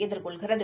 எதிர்கொள்கிறது